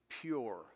pure